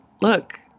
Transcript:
look